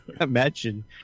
imagine